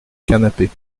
canapé